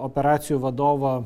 operacijų vadovo